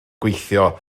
gweithio